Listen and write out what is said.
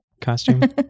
costume